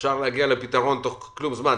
להגיע לפתרון תוך כלום זמן.